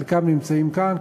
חלקם נמצאים כאן,